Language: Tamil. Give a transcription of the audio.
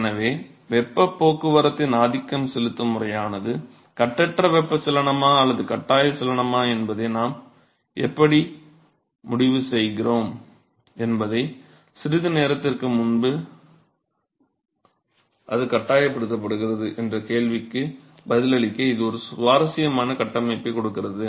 எனவே வெப்பப் போக்குவரத்தின் ஆதிக்கம் செலுத்தும் முறையானது கட்டற்ற வெப்பச்சலனமா அல்லது கட்டாய சலனமா என்பதை நாம் எப்படி முடிவு செய்கிறோம் என்பதைச் சிறிது நேரத்திற்கு முன்பு அது கட்டாயப்படுத்துகிறது என்ற கேள்விக்கு பதிலளிக்க இது ஒரு சுவாரஸ்யமான கட்டமைப்பைக் கொடுக்கிறது